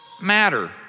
matter